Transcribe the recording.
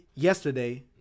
yesterday